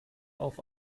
auf